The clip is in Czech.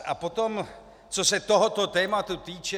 A potom, co se tohoto tématu týče.